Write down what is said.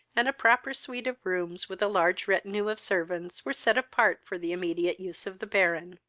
and a proper suite of rooms, with a large retinue of servants, were set apart for the immediate use of the baron.